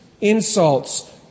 insults